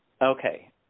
Okay